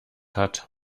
hat